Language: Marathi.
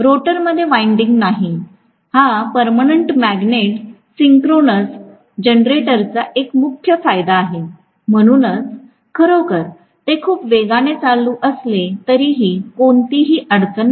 रोटरमध्ये वाइंडिंग नाही हा परमनेंट मॅग्नेट सिंक्रोनस जनरेटरचा एक मुख्य फायदा आहे म्हणूनच खरोखर ते खूप वेगाने चालू असले तरीही कोणतीही अडचण नाही